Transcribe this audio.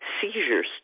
seizures